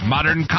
Modern